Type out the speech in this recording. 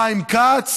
חיים כץ